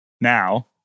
now